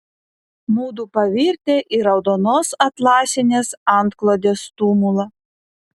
mudu pavirtę į raudonos atlasinės antklodės tumulą